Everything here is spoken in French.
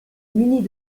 munis